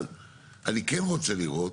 אבל אני כן רוצה לראות